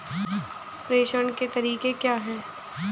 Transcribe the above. प्रेषण के तरीके क्या हैं?